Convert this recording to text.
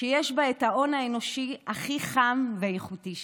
שיש בה את ההון האנושי הכי חם ואיכותי שיש,